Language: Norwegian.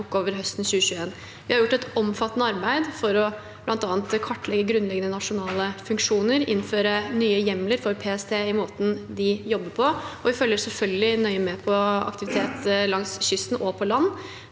over høsten 2021. Vi har gjort et omfattende arbeid for bl.a. å kartlegge grunnleggende nasjonale funksjoner og innføre nye hjemler for PST i måten de jobber på. Vi følger selvfølgelig nøye med på aktivitet langs kysten og på land